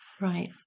Right